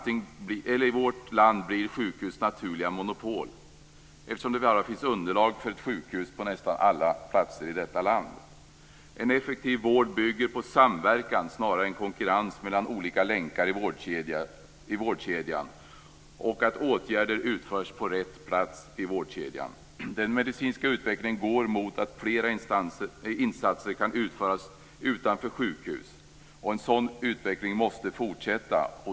I vårt land blir sjukhus naturliga monopol, eftersom det bara finns underlag för ett sjukhus på nästan alla platser i detta land. En effektiv vård bygger på samverkan snarare än konkurrens mellan olika länkar i vårdkedjan och att åtgärder utförs på rätt plats i vårdkedjan. Den medicinska utvecklingen går mot att flera insatser kan utföras utanför sjukhus, och en sådan utveckling måste fortsätta.